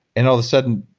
and all of a sudden,